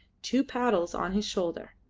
two paddles on his shoulder.